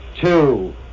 two